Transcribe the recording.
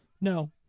No